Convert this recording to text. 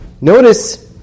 Notice